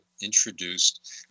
introduced